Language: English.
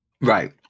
Right